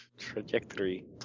Trajectory